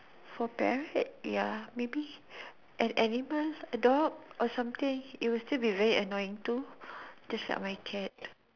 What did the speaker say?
for parrot ya maybe an animal a dog or something it will still be very annoying too just like my cat